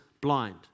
blind